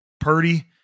Purdy